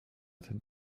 ten